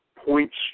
points